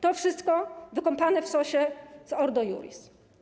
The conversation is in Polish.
To wszystko wykąpane w sosie z Ordo Iuris.